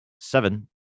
Seven